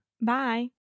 Bye